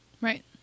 Right